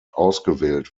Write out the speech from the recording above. ausgewählt